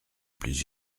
plus